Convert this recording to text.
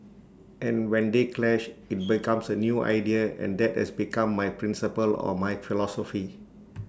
and when they clash IT becomes A new idea and that has become my principle or my philosophy